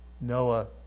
Noah